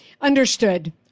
Understood